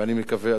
ואני מקווה,